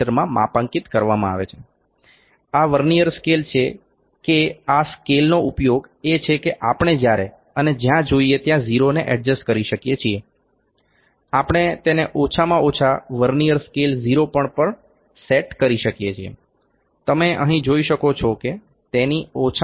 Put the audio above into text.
માં માપાંકિત કરવામાં આવે છે આ વર્નીઅર સ્કેલ છે કે આ સ્કેલનો ઉપયોગ એ છે કે આપણને જ્યારે અને જ્યાં જોઇએ ત્યાં 0 ને એડજસ્ટ કરી શકીએ છીએ આપણે તેને ઓછામાં ઓછા વર્નીઅર સ્કેલ 0 પર પણ સેટ કરી શકીએ છીએ તમે અહીં જોઈ શકો છો કે તેની ઓછામાં ઓછી ગણતરી 0